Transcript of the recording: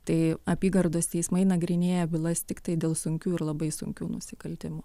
tai apygardos teismai nagrinėja bylas tiktai dėl sunkių ir labai sunkių nusikaltimų